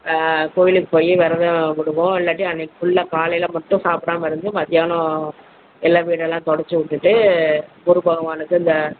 கோவிலுக்கு போய் விரத விடுவோம் இல்லாட்டி அன்றைக்கு ஃபுல்லா காலையில் மட்டும் சாப்பிடாமல் இருந்து மத்தியானம் எல்லா வீடெல்லாம் துடச்சி விட்டுட்டு குரு பகவானுக்கு இந்த